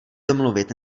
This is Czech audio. domluvit